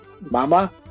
Mama